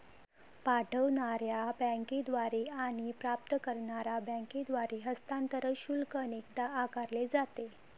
पाठवणार्या बँकेद्वारे आणि प्राप्त करणार्या बँकेद्वारे हस्तांतरण शुल्क अनेकदा आकारले जाते